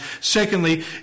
Secondly